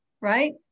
right